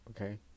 Okay